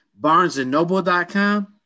Barnesandnoble.com